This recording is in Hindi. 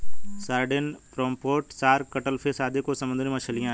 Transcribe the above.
sardine, pomfret, shark, cuttlefish आदि कुछ समुद्री मछलियाँ हैं